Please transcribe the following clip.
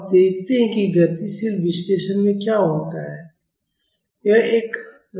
अब देखते हैं कि गतिशील विश्लेषण में क्या होता है